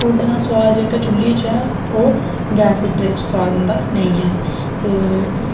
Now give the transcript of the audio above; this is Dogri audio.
टोडे दा स्वाद जेह्का चुल्ली च ऐ ओह् गैस हीटर इच स्वाद होंदा नेई ऐ ते